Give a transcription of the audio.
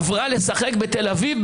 בית"ר עברה לשחק בתל אביב,